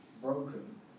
broken